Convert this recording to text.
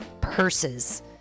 purses